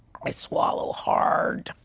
i swallow hard.